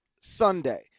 Sunday